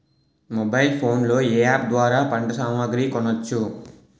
Mobile phone లో ఏ app ద్వారా పంట సామాగ్రి కొనచ్చు?